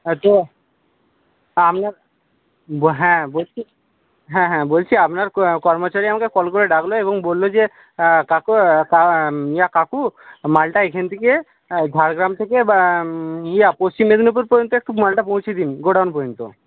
হ্যাঁ তো হ্যাঁ আপনার হ্যাঁ বলছি হ্যাঁ হ্যাঁ বলছি আপনার কর্মচারী আমাকে কল করে ডাকল এবং বলল যে কাকু কাকু মালটা এখান থেকে ঝাড়গ্রাম থেকে ইয়া পশ্চিম মেদিনীপুর পর্যন্ত একটু মালটা পৌঁছে দিন গোডাউন পর্যন্ত